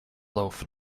loaf